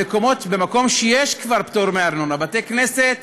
במקום שיש כבר פטור מארנונה, בתי-כנסת